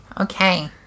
Okay